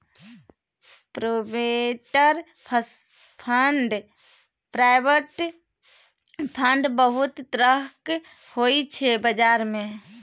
provident fund बहुत तरहक होइ छै बजार मे